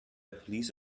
police